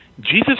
Jesus